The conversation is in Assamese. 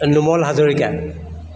নোমল হাজৰিকা